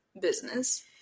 business